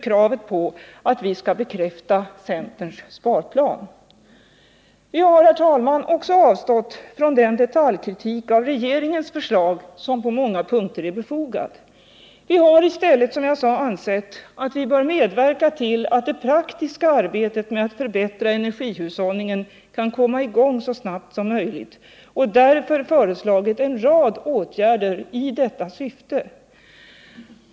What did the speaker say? kravet på att vi skall bekräfta centerns sparplan. Vi har, herr talman, också avstått från den detaljkritik av regeringens 51 förslag, som på många punkter är befogad. Vi har i stället, som jag sade, ansett att vi bör medverka till att det praktiska arbetet med att förbättra energihushållningen kan komma i gång så snabbt som möjligt och därför föreslagit en rad åtgärder i detta syfte.